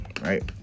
Right